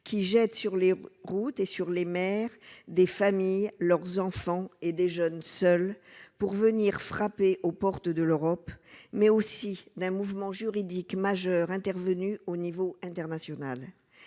qui jette sur les routes et sur les mers, des familles, leurs enfants et des jeunes seuls pour venir frapper aux portes de l'Europe, mais aussi d'un mouvement juridiques majeurs intervenus au niveau international,